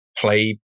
play